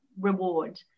reward